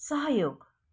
सहयोग